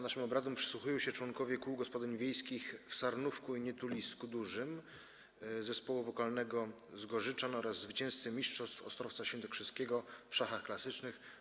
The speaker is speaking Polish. Naszym obradom przysłuchują się członkowie kół gospodyń wiejskich w Sarnówku Dużym i Nietulisku Dużym, członkowie zespołu wokalnego Gorzyczany oraz zwycięzcy mistrzostw Ostrowca Świętokrzyskiego w szachach klasycznych.